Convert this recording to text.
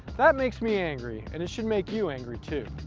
that makes me angry and it should make you angry too,